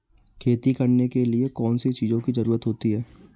खेती करने के लिए कौनसी चीज़ों की ज़रूरत होती हैं?